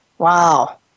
Wow